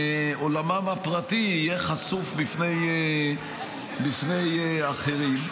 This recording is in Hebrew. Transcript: שעולמם הפרטי יהיה חשוף בפני אחרים.